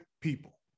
people